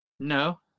No